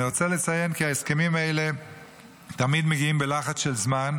אני רוצה לציין כי ההסכמים האלה תמיד מגיעים בלחץ של זמן,